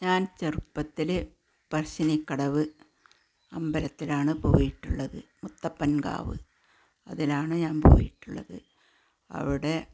ഞാന് ചെറുപ്പത്തിൽ പറശ്ശിനിക്കടവ് അമ്പലത്തിലാണ് പോയിട്ടുള്ളത് മുത്തപ്പന് കാവ് അതിനാണ് ഞാന് പോയിട്ടുള്ളത് അവിടെ